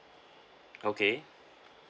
okay